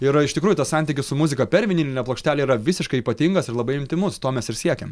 yra iš tikrųjų tas santykis su muzika per vinilinę plokštelę yra visiškai ypatingas ir labai intymus to mes ir siekiam